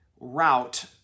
route